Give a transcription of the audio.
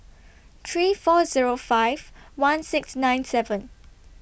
three four Zero five one six nine seven